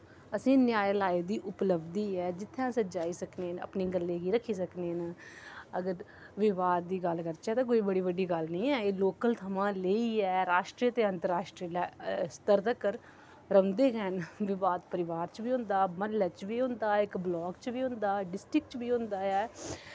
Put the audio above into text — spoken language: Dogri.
असें न्यालय दी उपलब्धि ऐ जित्थै अस जाई सकने न अपनी गल्लें गी रक्खी सकने न अगर विवाद दी गल्ल करचै ते कोई बड़ी बड्डी गल्ल नेईं ऐ एह् लोकल थमां लेइयै राश्ट्र ते अंतर राश्ट्र दे स्तर तक्कर रौंह्दे गै न विवाद परोआर च बी होंदा म्हल्लै च बी होंदा इक ब्लाक च बी होंदा डिस्ट्रिक च बी होंदा ऐ